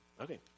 Okay